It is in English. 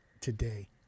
today